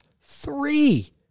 Three